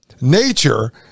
Nature